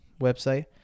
website